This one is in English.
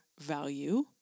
value